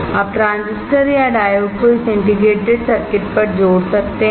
अब diffuse transistor या diode को इस इंटीग्रेटेड सर्किट पर बनाया जा सकता है